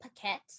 Paquette